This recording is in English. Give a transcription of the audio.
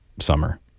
summer